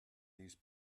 these